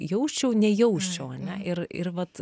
jausčiau nejausčiau ane ir ir vat